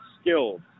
skilled